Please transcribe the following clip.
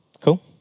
Cool